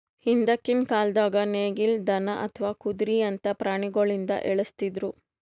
ಹಿಂದ್ಕಿನ್ ಕಾಲ್ದಾಗ ನೇಗಿಲ್, ದನಾ ಅಥವಾ ಕುದ್ರಿಯಂತಾ ಪ್ರಾಣಿಗೊಳಿಂದ ಎಳಸ್ತಿದ್ರು